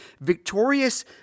victorious